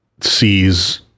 sees